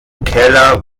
keller